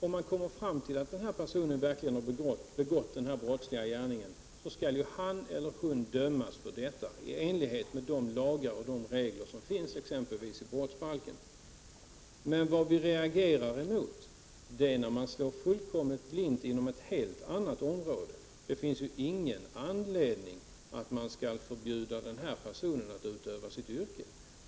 Om man kommer fram till att denna person verkligen har begått en brottslig gärning, skall hon eller han dömas för detta i enlighet med de lagar och regler som finns exempelvis i brottsbalken. Vad vi reagerar emot är när man slår fullkomligt blint inom ett helt annat område. Det finns ju ingen anledning att förbjuda denna person att utöva sitt yrke.